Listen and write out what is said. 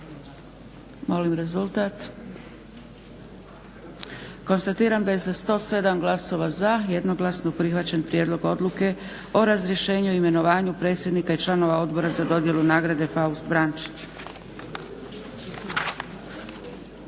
Molim rezultat. Konstatiram da je sa 107 glasova za jednoglasno prihvaćen prijedlog Odluke o razrješenju i imenovanju predsjednika i članova Odbora za dodjelu nagrade "Faust Vrančić".